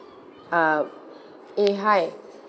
um eh hi